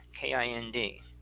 K-I-N-D